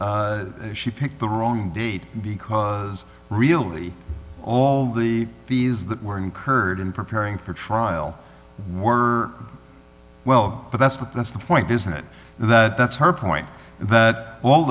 t she picked the wrong date because really all the fees that were incurred in preparing for trial were well but that's not that's the point isn't it that that's her point that all